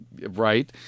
right